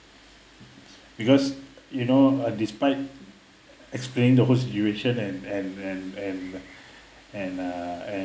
because you know uh despite explained the whose situation and and and and and uh and